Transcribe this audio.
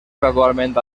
gradualment